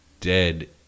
dead